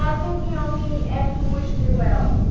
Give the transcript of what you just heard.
ah thinking of me and who wish me well.